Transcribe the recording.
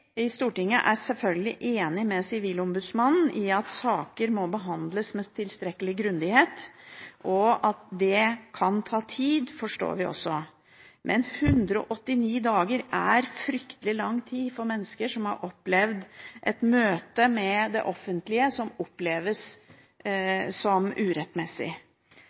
i Stortinget er selvfølgelig enig med Sivilombudsmannen i at saker må behandles med tilstrekkelig grundighet, og at det kan ta tid, forstår vi også. Men 189 dager er fryktelig lang tid for mennesker som har opplevd et møte med det offentlige som urettmessig. De aller fleste som